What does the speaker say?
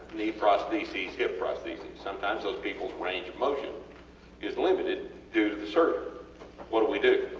knee prosthesis, hip prosthesis sometimes those peoples range of motion is limited due to the surgery what do we do?